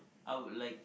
I would like